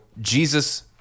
Jesus